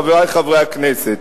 חברי חברי הכנסת,